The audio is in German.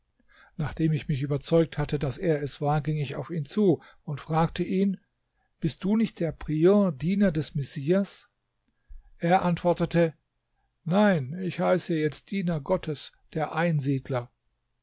nachdem ich mich überzeugt hatte daß er es war ging ich auf ihn zu und fragte ihn bist du nicht der prior diener des messias er antwortete nein ich heiße jetzt diener gottes der einsiedler